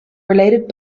related